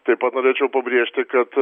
taip pat norėčiau pabrėžti kad